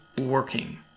working